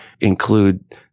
include